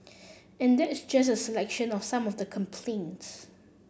and that's just a selection of some of the complaints